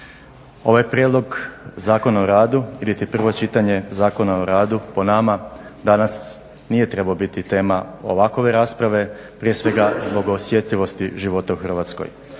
Ovaj prijedlog Zakona o radu iliti prvo čitanje Zakona o radu po nama danas nije trebao biti tema ovakove rasprave prije svega zbog osjetljivosti života u Hrvatskoj.